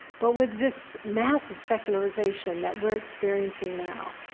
but with this massive secularization that we're experiencing now,